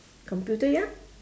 computer ya